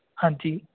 ਹਾਂਜੀ